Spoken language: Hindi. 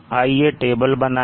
आइए टेबल बनाएं